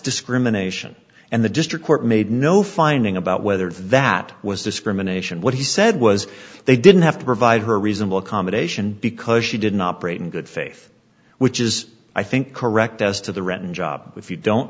discrimination and the district court made no finding about whether that was discrimination what he said was they didn't have to provide her reasonable accommodation because she didn't operate in good faith which is i think correct as to the written job if you don't